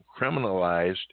criminalized